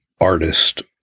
artist